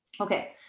Okay